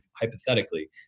hypothetically